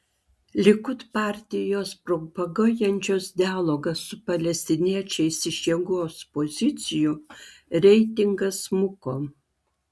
likud partijos propaguojančios dialogą su palestiniečiais iš jėgos pozicijų reitingas smuko